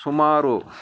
ಸುಮಾರು